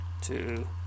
two